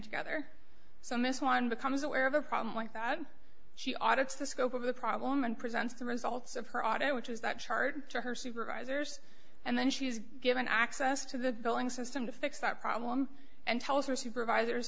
together so miss one becomes aware of a problem like that she audit's the scope of the problem and presents the results of her audit which is that chart to her supervisors and then she is given access to the billing system to fix that problem and tells her supervisors